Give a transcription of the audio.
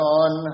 on